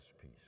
peace